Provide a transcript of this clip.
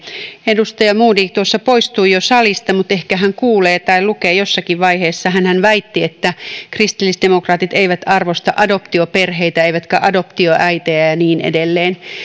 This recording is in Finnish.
edustaja modig tuossa poistui jo salista mutta ehkä hän kuulee tai lukee jossakin vaiheessa hänhän väitti että kristillisdemokraatit eivät arvosta adoptioperheitä eivätkä adoptioäitejä ja niin edelleen